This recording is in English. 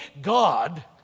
God